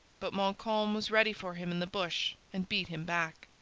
but montcalm was ready for him in the bush and beat him back.